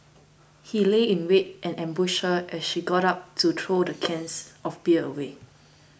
he lay in wait and ambushed her as she got up to throw the cans of beer away